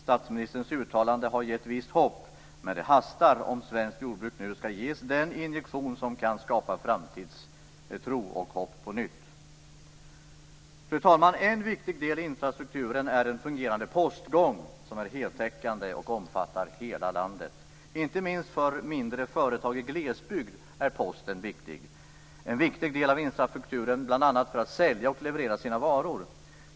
Statsministerns uttalande har gett visst hopp, men det hastar om svenskt jordbruk nu skall ges den injektion som kan skapa framtidstro och hopp på nytt. Fru talman! En viktig del i infrastrukturen är en fungerande postgång som är heltäckande och omfattar hela landet. Inte minst för mindre företag i glesbygd är posten en viktig del av infrastrukturen, bl.a. för att företagen skall kunna sälja och leverera sina varor.